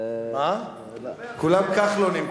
הם כולם כחלונים.